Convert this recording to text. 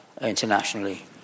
internationally